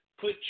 Put